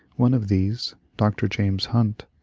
one of these. dr. james hunt,